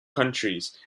countries